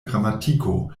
gramatiko